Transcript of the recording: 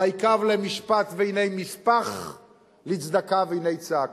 ויקו למשפט והנה משפח לצדקה והנה צעקה"?